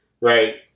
right